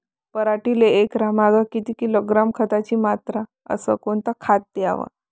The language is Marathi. पराटीले एकरामागं किती किलोग्रॅम खताची मात्रा अस कोतं खात द्याव?